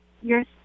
Yes